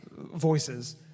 voices